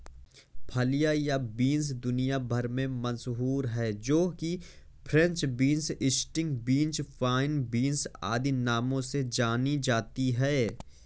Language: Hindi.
फलियां या बींस दुनिया भर में मशहूर है जो कि French beans, string beans, fine beans आदि नामों से जानी जाती है